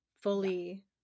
fully